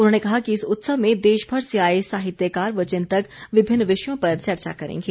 उन्होंने कहा कि इस उत्सव में देशभर से आए साहित्यकार व चिंतक विभिन्न विषयों पर चर्चा करेंगे